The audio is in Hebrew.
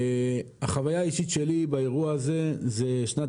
החוויה האישית שלי באירוע הזה היא שנת